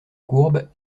courbe